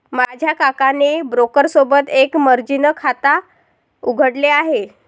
माझ्या काकाने ब्रोकर सोबत एक मर्जीन खाता उघडले आहे